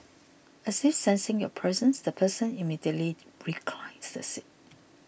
as if sensing your presence the person immediately reclines the seat